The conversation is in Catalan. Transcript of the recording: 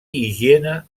higiene